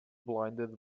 blinded